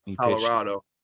Colorado